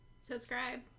Subscribe